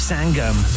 Sangam